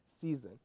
season